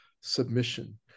submission